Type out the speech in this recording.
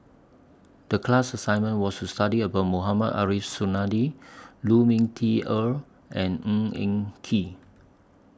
The class assignment was to study about Mohamed Ariff Suradi Lu Ming Teh Earl and Ng Eng Kee